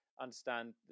understand